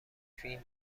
فین